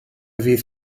fydd